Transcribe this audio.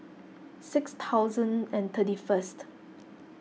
six thousand and thirty first